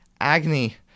agony